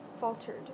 faltered